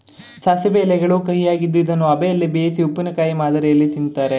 ಸಾಸಿವೆ ಎಲೆಗಳು ಕಹಿಯಾಗಿದ್ದು ಇದನ್ನು ಅಬೆಯಲ್ಲಿ ಬೇಯಿಸಿ ಉಪ್ಪಿನಕಾಯಿ ಮಾದರಿಯಲ್ಲಿ ತಿನ್ನುತ್ತಾರೆ